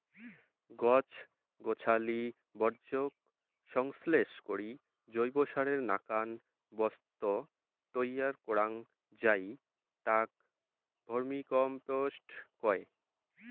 গছ গছালি বর্জ্যক সংশ্লেষ করি জৈবসারের নাকান বস্তু তৈয়ার করাং যাই তাক ভার্মিকম্পোস্ট কয়